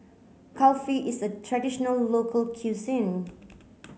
Kulfi is a traditional local cuisine